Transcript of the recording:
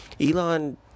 Elon